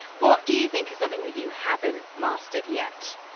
what do you think is something that you haven't mastered yet?